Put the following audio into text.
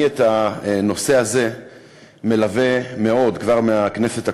אני את הנושא הזה מלווה מאוד כבר מהכנסת הקודמת,